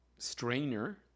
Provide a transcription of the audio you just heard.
strainer